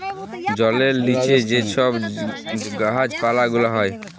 জলের লিচে যে ছব গাহাচ পালা গুলা হ্যয়